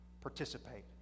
participate